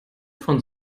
von